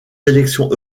élections